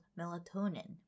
melatonin